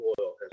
oil